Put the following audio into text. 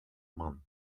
month